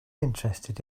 interested